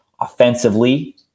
offensively